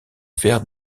faire